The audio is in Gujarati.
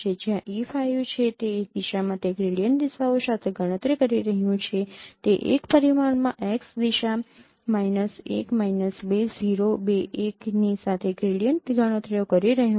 જ્યાં E5 છે તે એક દિશામાં તે ગ્રેડિયન્ટ દિશાઓનું ગણતરી કરી રહ્યું છે તે એક પરિમાણમાં x દિશા 1 2 0 2 1 ની સાથે ગ્રેડિયન્ટ ગણતરીઓ કરી રહ્યું છે